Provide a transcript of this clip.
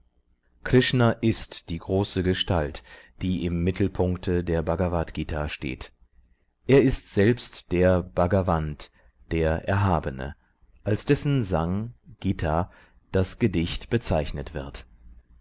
krishna ist die große gestalt die im mittelpunkte der bhagavadgt steht er ist selbst der bhagavant der erhabene als dessen sang gt das gedicht bezeichnet wird